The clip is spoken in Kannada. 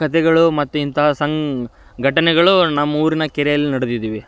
ಕಥೆಗಳು ಮತ್ತು ಇಂತಹ ಸಣ್ಣ ಘಟನೆಗಳು ನಮ್ಮೂರಿನ ಕೆರೆಯಲ್ಲಿ ನಡ್ದಿದವೆ